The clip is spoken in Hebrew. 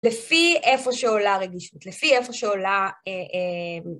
לפי איפה שעולה הרגישות, לפי איפה שעולה...